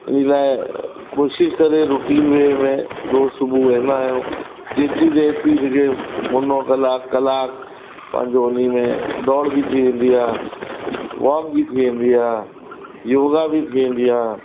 इन लाइ कोशिशि करे रुटीन वे में रोज़ु सुबुहु वेंदा आहियूं जेतिरी देरि थी सघे मुनो कलाकु कलाकु पंहिंजो उन में दौड़ बि थी वेंदी आहे वॉक बि थी वेंदी आहे योगा बि थी वेंदी आहे